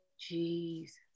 Jesus